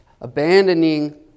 abandoning